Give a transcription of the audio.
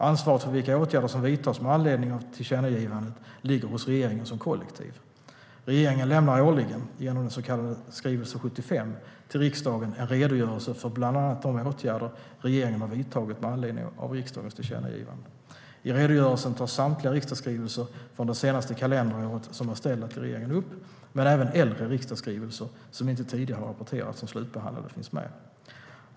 Ansvaret för vilka åtgärder som vidtas med anledning av tillkännagivandet ligger hos regeringen som kollektiv. Regeringen lämnar årligen genom den så kallade skrivelse 75 till riksdagen en redogörelse för bland annat de åtgärder regeringen har vidtagit med anledning av riksdagens tillkännagivanden. I redogörelsen tas samtliga riksdagsskrivelser som är ställda till regeringen det senaste kalenderåret upp, men även äldre riksdagsskrivelser som inte tidigare har rapporterats som slutbehandlade finns med.